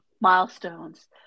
milestones